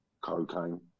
cocaine